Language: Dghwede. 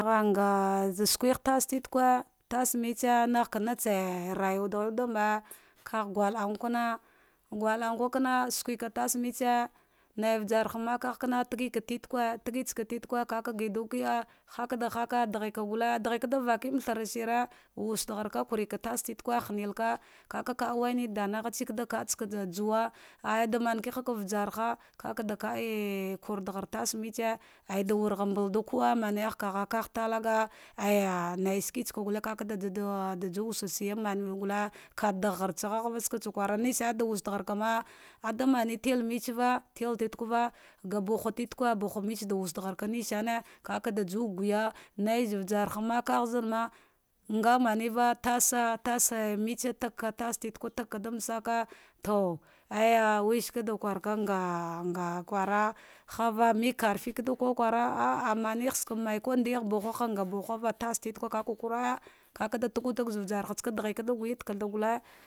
Ghanga suke tastitegae tasmbetse natsi rayuwa daghwach da mbe, kagh gulang kana gulanguka sake suka tasmetsi nai uyarha makaga kana tagika titegue, tigitsaka titege ka ga gidugiahi haka da haka, daghe va gule kada fakemba thara shine wudagharaka kureka tas titegue hanilka, kava wayada naghatse vadakada juwa aya damanki haka vajarha kakada ke'e kurdagha tasmbetse aya dawarambadul kade manyah kagha katsa talaga ah naishitsa gute dai da juwwusa shiye manewagule kada ghartsava vatsa tsakwa ra zadargharkama kdamame tilmetsiva til titegueva ga buha titigue buhumetse wusadargh ar ka nisane aka da ju guya naiza vjarha makaghazmana nga manica tasa tasa metse metse taga taba titigue taka to aya weshi da kwara ka nga nga kwara hava makartikada kulewara nhah manghe skam kude ah nadigh buhaha nga bahava tastitague, kaka kuraya ka gur tagutaz zage ujartsaka ka daghkada gu ida kagh gute.